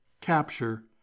capture